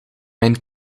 mijn